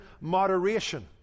moderation